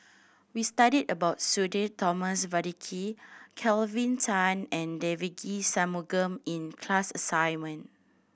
we studied about Sudhir Thomas Vadaketh Kelvin Tan and Devagi Sanmugam in class assignment